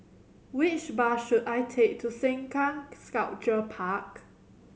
which bus should I take to Sengkang Sculpture Park